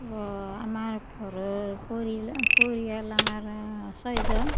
অঁ আমাৰ ঘৰৰ পৰিয়াল পৰিয়াল আমাৰ ছয়জন